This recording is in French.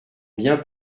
bien